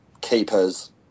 keepers